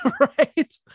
right